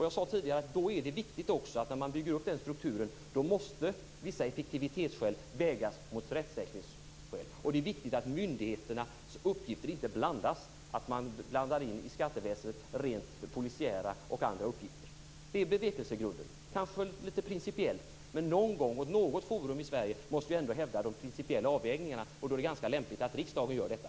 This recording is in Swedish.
Jag sade tidigare att det då också är viktigt, när man bygger upp den strukturen, att vissa effektivitetsskäl måste vägas mot rättssäkerhetsskäl. Det är viktigt att myndigheternas uppgifter inte blandas, att rent polisiära och andra uppgifter inte blandas in i skatteväsendet. Det är bevekelsegrunden, även om det kanske är litet principiellt. Men något forum i Sverige måste hävda de principiella avvägningarna, och då är det ganska lämpligt att riksdagen gör detta.